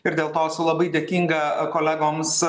ir dėl to esu labai dėkinga kolegoms